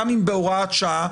גם אם בהוראת שעה,